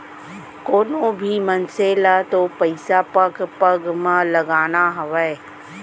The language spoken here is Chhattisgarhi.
कोनों भी मनसे ल तो पइसा पग पग म लगाना हावय